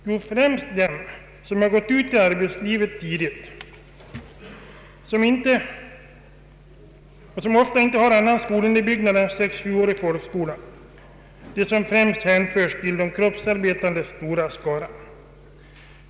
Jo, främst är det de som tidigt gått ut i arbetslivet, som ofta inte har annan skolutbildning än sexårig folkskola och främst kan hänföras till de kroppsarbetandes skara.